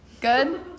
Good